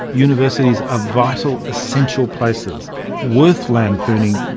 universities are vital, essential places worth lampooning,